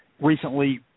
recently